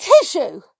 tissue